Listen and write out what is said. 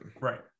Right